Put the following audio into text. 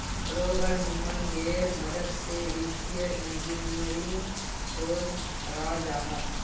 प्रोग्रम्मिन्गेर मदद से वित्तिय इंजीनियरिंग शोध कराल जाहा